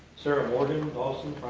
sarah morgan dawson,